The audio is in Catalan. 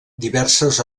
diverses